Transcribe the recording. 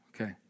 Okay